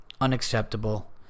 unacceptable